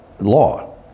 law